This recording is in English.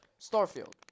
Starfield